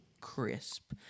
crisp